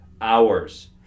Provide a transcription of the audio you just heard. hours